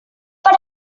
per